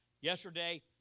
yesterday